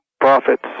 profits